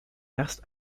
erst